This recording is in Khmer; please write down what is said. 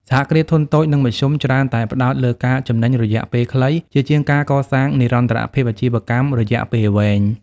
សហគ្រាសធុនតូច និងមធ្យម ច្រើនតែផ្ដោតលើការចំណេញរយៈពេលខ្លី ជាជាងការកកសាងនិរន្តរភាពអាជីវកម្មរយៈពេលវែង។